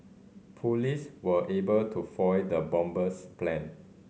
police were able to foil the bomber's plan